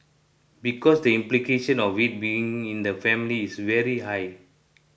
because the implication of it being in the family is very high